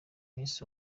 miss